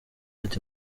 ati